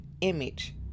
image